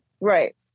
Right